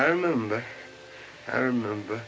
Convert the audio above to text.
i remember i remember